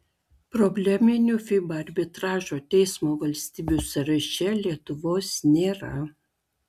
probleminių fiba arbitražo teismo valstybių sąraše lietuvos nėra